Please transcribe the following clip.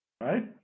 Right